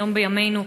היום, בימינו,